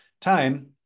time